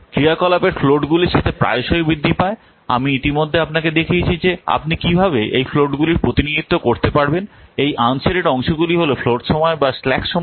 ক্রিয়াকলাপের ফ্লোটগুলির সাথে প্রায়শই বৃদ্ধি পায় আমি ইতিমধ্যে আপনাকে দেখিয়েছি যে আপনি কীভাবে এই ফ্লোটগুলির প্রতিনিধিত্ব করতে পারবেন এই আনশেডেড অংশগুলি হল ফ্লোট সময় বা স্ল্যাক সময়